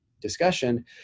discussion